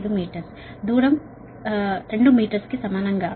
0075 metre దూరం 2 metres కి సమానంగా